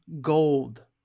gold